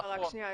רק שנייה.